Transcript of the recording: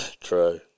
True